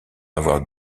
avoir